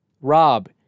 Rob